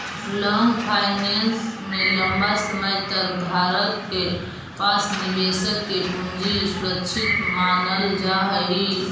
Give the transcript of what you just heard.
long finance में लंबा समय तक धारक के पास निवेशक के पूंजी सुरक्षित मानल जा हई